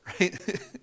right